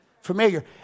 Familiar